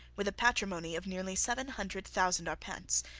with a patrimony of nearly seven hundred thousand arpents,